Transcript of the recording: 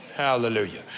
hallelujah